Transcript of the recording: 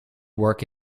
work